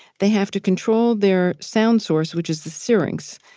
they have to control their sound source which is the syrinx,